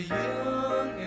young